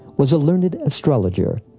was a learned astrologer,